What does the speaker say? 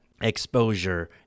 exposure